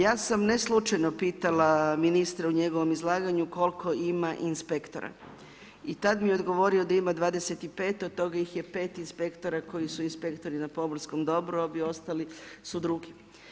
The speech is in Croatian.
Ja sam ne slučajno pitala ministra u njegovom izlaganju, koliko ima inspektora i tada mi je odgovorio, da ima 25 od toga ih je 5 inspektora, koji su inspektori na pomorskom dobru, ovi ostali su drugi.